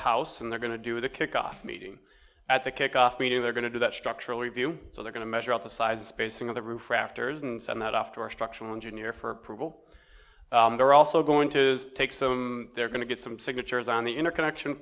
house and they're going to do the kickoff meeting at the kickoff meeting they're going to do that structural review so they're going to measure out the side spacing of the roof rafters and send that off to our structural engineer for approval they're also going to take some they're going to get some signatures on the interconnection